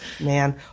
man